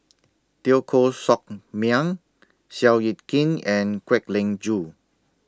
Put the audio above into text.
Teo Koh Sock Miang Seow Yit Kin and Kwek Leng Joo